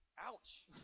Ouch